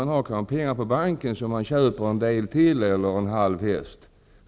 De har kanske pengar på banken så att de kan köpa en andel till i hästen.